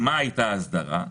מה הייתה ההסדרה?